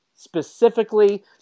specifically